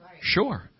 Sure